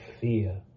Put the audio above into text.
fear